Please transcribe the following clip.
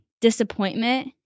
Disappointment